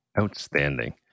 outstanding